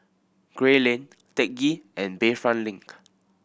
Gray Lane Teck Ghee and Bayfront Link